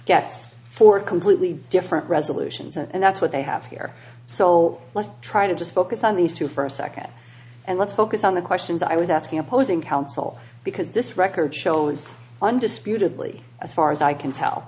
gets four completely different resolutions and that's what they have here so let's try to just focus on these two for a second and let's focus on the questions i was asking opposing counsel because this record shows undisputedly as far as i can tell